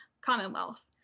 commonwealth